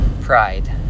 pride